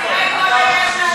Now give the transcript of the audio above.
הנוסחה?